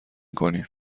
کنیم